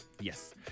Yes